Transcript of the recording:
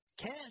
Cash